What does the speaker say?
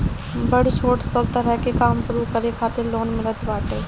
बड़ छोट सब तरह के काम शुरू करे खातिर लोन मिलत बाटे